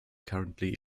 currently